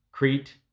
Crete